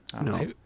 No